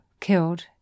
killed